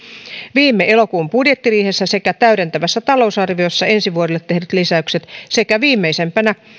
viime elokuun budjettiriihessä sekä täydentävässä talousarviossa ensi vuodelle tehdyt lisäykset sekä viimeisimpänä